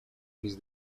mis